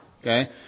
Okay